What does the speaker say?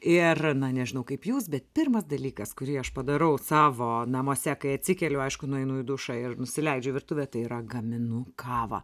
ir na nežinau kaip jūs bet pirmas dalykas kurį aš padarau savo namuose kai atsikeliu aišku nueinu į dušą ir nusileidžiu į virtuvętai yra gaminu kavą